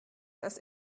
dass